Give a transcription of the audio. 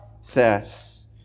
says